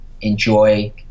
enjoy